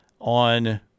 on